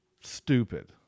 stupid